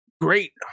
great